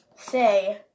say